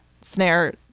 snare